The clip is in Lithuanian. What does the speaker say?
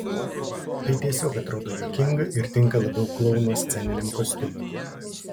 tai tiesiog atrodo juokinga ir tinka labiau klouno sceniniam kostiumui